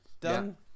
done